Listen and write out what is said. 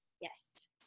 Yes